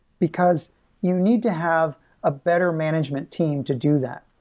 because you need to have a better management team to do that.